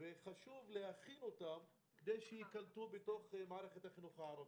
וחשוב להכין אותם כדי שייקלטו בתוך מערכת החינוך הערבית.